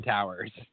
Towers